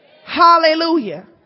Hallelujah